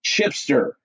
Chipster